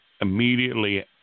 immediately